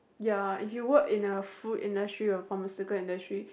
ya if you work in a food industry or pharmaceutical industry